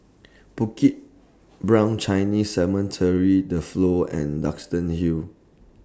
Bukit Brown Chinese Cemetery The Flow and Duxton Hill